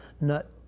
nut